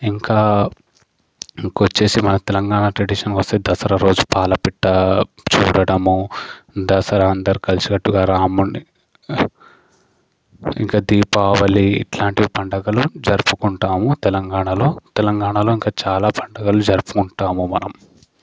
ఇంకా ఇంకా వచ్చేసి మా తెలంగాణ ట్రెడిషన్ వస్తే దసరా రోజు పాలపిట్ట చూడడము దసరా అందరూ కలిసికట్టుగా రాముడిని ఇంకా దీపావళి ఇట్లాంటి పండగలు జరుపుకుంటాము తెలంగాణలో తెలంగాణలో ఇంకా చాలా పండగలు జరుపుకుంటాము మనం